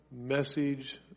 message